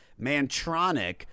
Mantronic